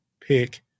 pick